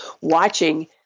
watching